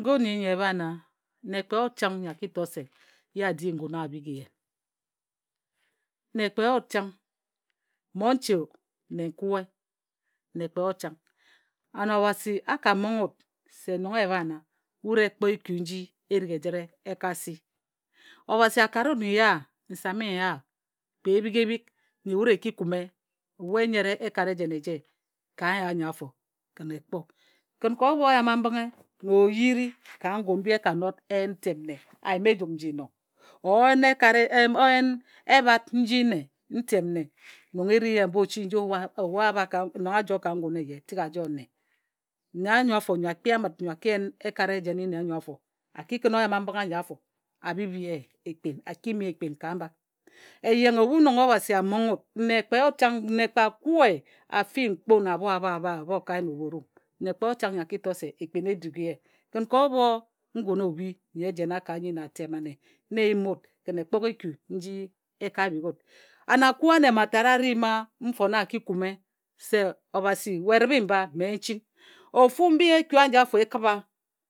Ngun nnyi nyi e bhae nna nne kpe yot chang nyo a to se ye a di ngun a bhik ye. Nne kpe yot chang mmonche o nnenkue nne kpe yot chang an Obhasi a ka monghe wut se nong e bhae nna wut e kpo eku nji erik ejǝre e ka si. Obhasi a kare wut nya nsami nya kpe ebhie ebhik nyi wut e ki kum e ebhu e nyere ekat ejen eje ka nya anyi afo kǝn e kpo. Kǝn ko obho oyama mbǝnghe na oyini ka ngun mbi e ka not e yen ntem nne a yim ejum nji no, o yen ekat e o yen ebhat nji nne, ntem nne nong e ri ye mba ochi nji nong nji a bha nong tik a joe ka ngun eye tik a joe nne. Nne anyo afo nyo a kpi amǝt nyo a ki yen ekat ejen nne anyo afo a ki kǝn oyama-mbǝnghe ambi afo a bhibhi ye ekpin ka mba eyenghe ebhu nong Obhasi a monghe wut nne kpe yot chang nne kpe a kue a fii nkpun abho abhae abhae obhokae na obhorum, nne kpe yot chang nnyo a ki to se ekpin e daghi ye kǝn ka obho ngun obhi nnyi e jena ka nnyi na atem ane, na e yimi wuk kǝn e kpok eku nji e ka bhok wut. Anakue ane mma tat a ri mma mfone a ki kume se Obhasi we dǝbhe mba mma n ching ofu mbi eku ajie kǝbha.